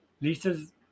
Lisa's